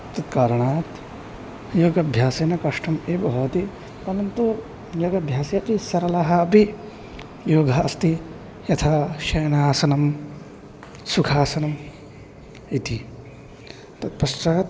तत्कारणात् योगभ्यासेन कष्टम् एव भवति परन्तु योगभ्यासे अपि सरलः अपि योगः अस्ति यथा शयनासनं सुखासनम् इति तत्पश्चात्